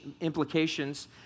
implications